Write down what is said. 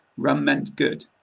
rum meant good.